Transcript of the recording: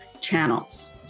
channels